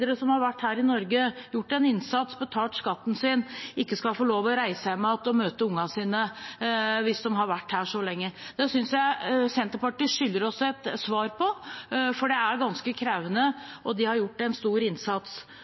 som er foreldre, som har vært her i Norge og gjort en innsats og betalt skatten sin, ikke skal få lov å reise hjem og møte barna sine hvis de har vært her så lenge? Det synes jeg Senterpartiet skylder oss et svar på, for det er ganske